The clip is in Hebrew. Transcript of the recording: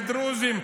לדרוזים,